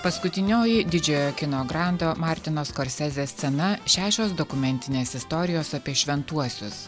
paskutinioji didžiojo kino grando martino skorsezės scena šešios dokumentinės istorijos apie šventuosius